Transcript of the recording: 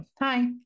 Hi